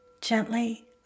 gently